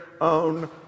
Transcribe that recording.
own